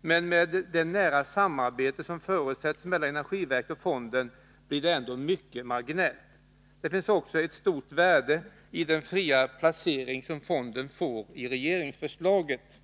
men med det nära samarbete som förutsätts mellan energiverket och fonden blir det ändå mycket marginellt. Det finns också ett stort värde i den friare placering som fonden får i regeringsförslaget.